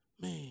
Man